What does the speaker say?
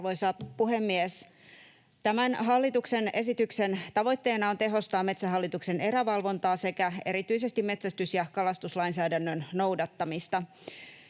Arvoisa puhemies! Tämän hallituksen esityksen tavoitteena on tehostaa Metsähallituksen erävalvontaa sekä erityisesti metsästys- ja kalastuslainsäädännön noudattamista.